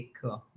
cool